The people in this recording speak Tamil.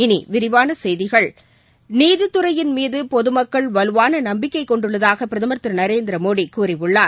இனி விரிவான செய்திகள் நீதித்துறையின் மீது பொதுமக்கள் வலுவான நம்பிக்கை கொண்டுள்ளதாக பிரதமர் திரு நரேந்திரமோடி கூறியுள்ளார்